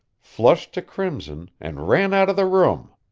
flushed to crimson and ran out of the room.